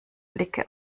blicke